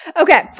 Okay